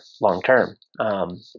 long-term